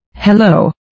Hello